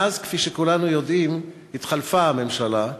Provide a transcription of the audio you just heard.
מאז, כפי שכולנו יודעים, התחלפה הממשלה,